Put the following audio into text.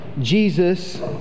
Jesus